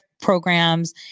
programs